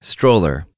Stroller